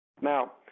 Now